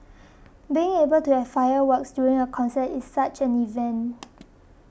being able to have fireworks during a concert is such an event